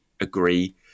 agree